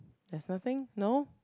that's nothing no